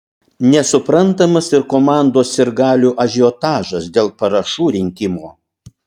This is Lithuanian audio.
nesuprantamas ir komandos sirgalių ažiotažas dėl parašų rinkimo